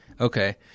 Okay